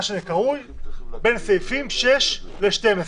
מה שקרוי "בין סעיפים 6 ל-12".